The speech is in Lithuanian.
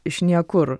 iš niekur